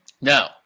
No